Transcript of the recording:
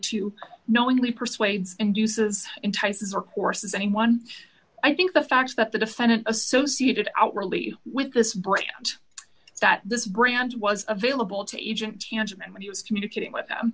two knowingly persuades and uses entices or course as anyone i think the fact that the defendant associated outwardly with this break that this branch was available to agent tangent when he was communicating with